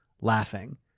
laughing